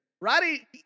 Roddy